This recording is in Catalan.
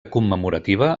commemorativa